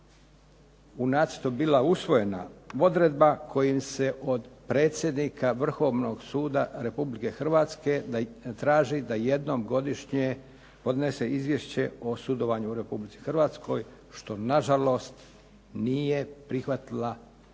u nacrtu bila usvojena odredba kojom se od predsjednika Vrhovnog suda Republike Hrvatske traži da jednom godišnje podnese izvješće o sudovanju u Republici Hrvatskoj što nažalost nije prihvatila saborska